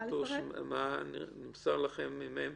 מה נמסר לכם?